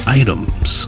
items